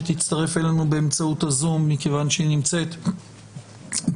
שתצטרף אלינו באמצעות הזום מכיוון שהיא נמצאת בבידוד